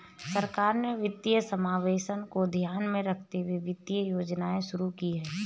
सरकार ने वित्तीय समावेशन को ध्यान में रखते हुए वित्तीय योजनाएं शुरू कीं